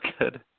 good